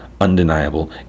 undeniable